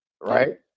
right